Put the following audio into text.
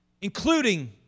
including